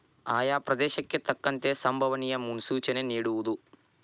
ಆಯಾ ಪ್ರದೇಶಕ್ಕೆ ತಕ್ಕಂತೆ ಸಂಬವನಿಯ ಮುನ್ಸೂಚನೆ ನಿಡುವುದು